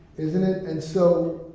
isn't it? and so,